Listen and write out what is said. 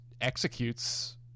executes